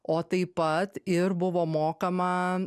o taip pat ir buvo mokama